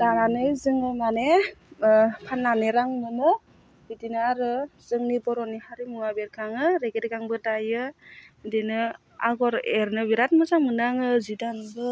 दानानै जोङो माने ओह फाननानै रां मोनो बिदिनो आरो जोंनि बर'नि हारिमुवा बेरखाङो रेगे रेगांबो दायो बिदिनो आगर एरनो बिराद मोजां मोनो आङो जि दानोबो